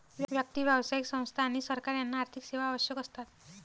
व्यक्ती, व्यावसायिक संस्था आणि सरकार यांना आर्थिक सेवा आवश्यक असतात